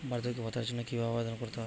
বার্ধক্য ভাতার জন্য কিভাবে আবেদন করতে হয়?